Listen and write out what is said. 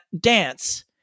dance